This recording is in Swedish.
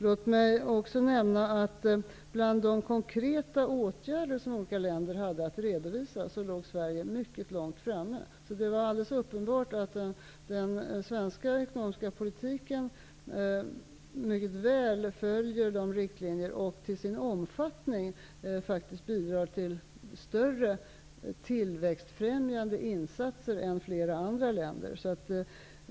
Låt mig också nämna att när det gällde de konkreta åtgärder som olika länder hade att redovisa låg Sverige mycket långt framme. Det var uppenbart att den svenska ekonomiska politiken mycket väl följer riktlinjerna. Till sin omfattning bidrar den faktiskt till större tillväxtfrämjande insatser än flera andra länders ekonomiska politik.